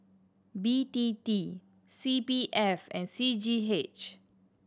B T T C P F and C G H